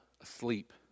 asleep